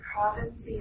province